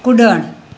कुड॒णु